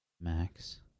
Max